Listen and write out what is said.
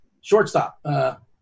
shortstop